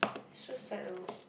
should sad loh